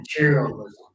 materialism